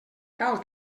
cal